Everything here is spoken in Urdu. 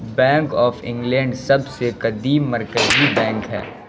بینک آف انگلینڈ سب سے قدیم مرکزی بینک ہے